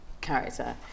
character